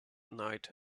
night